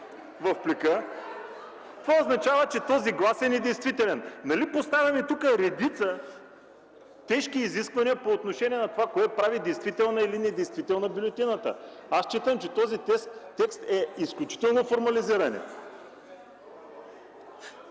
в ГЕРБ), означава, че този глас е недействителен. Нали поставяме тук редица тежки изисквания по отношение на това кое прави действителна или недействителна бюлетината? Аз смятам, че този текст е изключително формализиране.